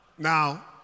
Now